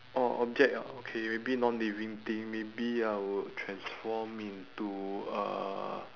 orh object ah okay maybe non living thing maybe I would transform into a